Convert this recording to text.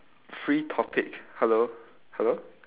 free topic hello hello